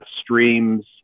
streams